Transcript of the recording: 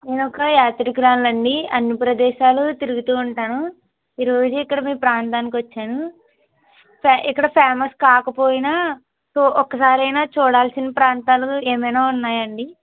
నేను ఒక యాత్రికురాలినండి అన్ని ప్రదేశాలు తిరుగుతూ ఉంటాను ఈరోజు ఇక్కడ మీ ప్రాంతానికి వచ్చాను ఫ్యా ఇక్కడ ఫ్యామస్ కాకపోయినా చూ ఒక్కసారైనా చూడాల్సిన ప్రాంతాలు ఏమైనా ఉన్నాయాండి